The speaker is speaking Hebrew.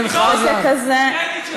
ככה בקלילות לגנוב?